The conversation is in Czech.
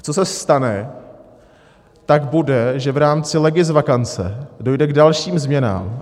Co se stane, tak bude, že v rámci legisvakance dojde k dalším změnám.